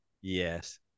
Yes